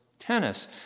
tennis